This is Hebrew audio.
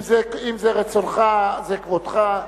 אם זה רצונך, זה כבודך.